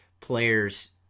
players